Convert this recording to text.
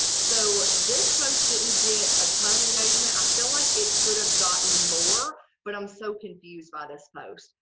so this post didn't get a ton of engagement. i feel like it could have gotten more but i'm so confused by this post.